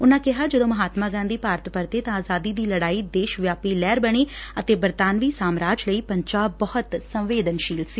ਉਨਾਂ ਕਿਹਾ ਕਿ ਜਦੋਂ ਮਹਾਤਮਾ ਗਾਧੀ ਭਾਰਤ ਪਰਤੇ ਤਾਂ ਆਜ਼ਾਦੀ ਦੀ ਲੜਾਈ ਦੇਸ਼ ਵਿਆਪੀ ਲਹਿਰ ਬਣੀ ਅਤੇ ਬਰਤਾਨਵੀ ਸਾਮਰਾਜ ਲਈ ਪੰਜਾਬ ਬਹੁਤ ਸੰਵੇਦਨਸੀਲ ਸੀ